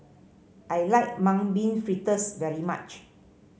I like Mung Bean Fritters very much